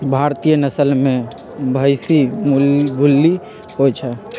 भारतीय नसल में भइशी भूल्ली होइ छइ